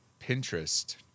Pinterest